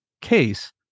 case